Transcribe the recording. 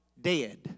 dead